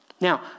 Now